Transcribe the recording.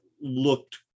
looked